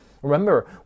Remember